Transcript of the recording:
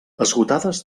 esgotades